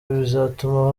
bizatuma